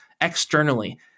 externally